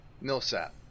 Millsap